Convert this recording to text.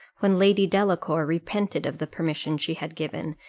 when lady delacour repented of the permission she had given,